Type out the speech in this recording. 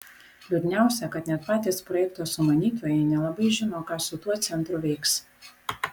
liūdniausia kad net patys projekto sumanytojai nelabai žino ką su tuo centru veiks